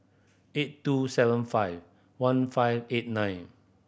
eight two seven five one five eight nine